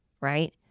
right